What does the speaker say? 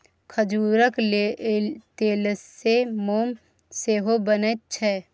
खजूरक तेलसँ मोम सेहो बनैत छै